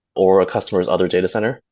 or a customer s other datacenter.